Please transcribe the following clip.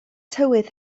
tywydd